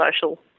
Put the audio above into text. social